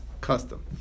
custom